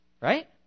right